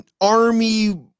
army